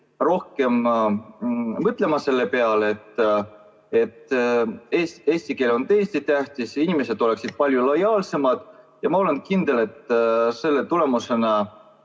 rohkem mõtlema selle peale, et eesti keel on tõesti tähtis. Inimesed oleksid palju lojaalsemad. Ma olen kindel, et selle tulemusena